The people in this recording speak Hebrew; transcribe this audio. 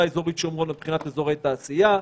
האזורית שומרון מבחינת אזורי תעשייה,